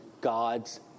God's